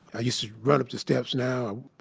i used to run up the steps. now,